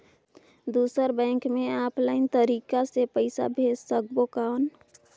दुसर बैंक मे ऑफलाइन तरीका से पइसा भेज सकबो कौन?